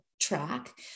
track